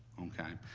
okay.